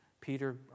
Peter